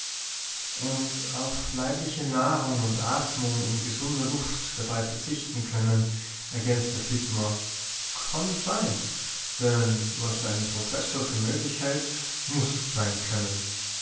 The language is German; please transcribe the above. und auf leibliche nahrung und atmung in gesunder luft dabei verzichten können ergänzte flitmore kann sein denn was ein professor für möglich hält muß sein können